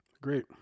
great